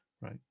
right